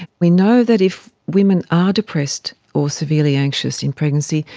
we know that if women are depressed or severely anxious in pregnancy,